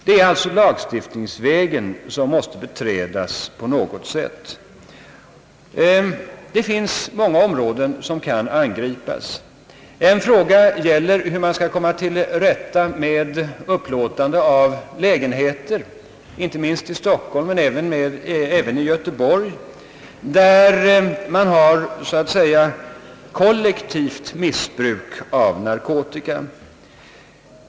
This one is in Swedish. Det är lagstiftningsvägen som måste beträdas på något sätt, och det finns många områden som kan angripas. En fråga gäller hur man skall komma till rätta med upplåtande av lägenheter, inte minst i Stockholm men även i Göteborg, där det före kommer så att säga kollektivt missbruk av narkotika.